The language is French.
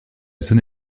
zone